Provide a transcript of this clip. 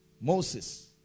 Moses